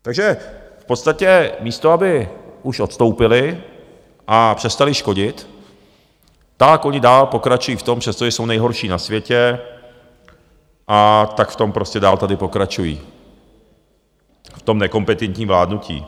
Takže v podstatě místo aby už odstoupili a přestali škodit, tak oni dál pokračují v tom, přestože jsou nejhorší na světě, a tak v tom prostě dál tady pokračují, v tom nekompetentním vládnutí.